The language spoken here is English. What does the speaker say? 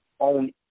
on